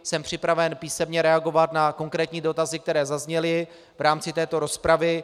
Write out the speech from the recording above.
Jsem připraven písemně reagovat na konkrétní dotazy, které zazněly v rámci této rozpravy.